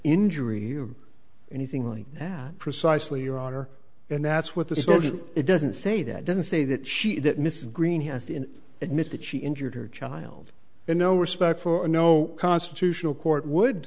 injury or anything like that precisely your honor and that's what the story it doesn't say that doesn't say that she that mrs green has to admit that she injured her child and no respect for a no constitutional court would